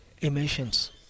emissions